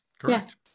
Correct